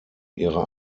ihrer